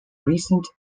recent